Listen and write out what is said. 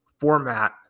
format